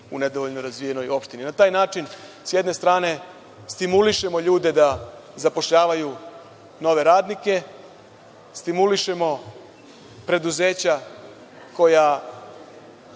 u nedovoljno razvijenoj opštini. Na taj način s jedne strane stimulišemo ljude da zapošljavaju nove radnike, stimulišemo preduzeća koja